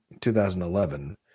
2011